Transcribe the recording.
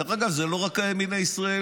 דרך אגב, זה לא רק הימין הישראלי.